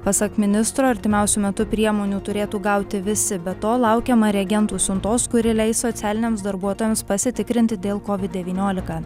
pasak ministro artimiausiu metu priemonių turėtų gauti visi be to laukiama reagentų siuntos kuri leis socialiniams darbuotojams pasitikrinti dėl kovid devyniolika